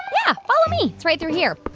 yeah, follow me. it's right through here.